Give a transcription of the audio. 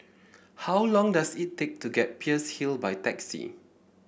how long does it take to get Peirce Hill by taxi